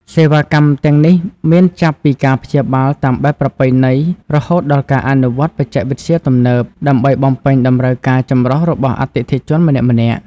សេវាកម្មទាំងនេះមានចាប់ពីការព្យាបាលតាមបែបប្រពៃណីរហូតដល់ការអនុវត្តន៍បច្ចេកវិទ្យាទំនើប ដើម្បីបំពេញតម្រូវការចម្រុះរបស់អតិថិជនម្នាក់ៗ។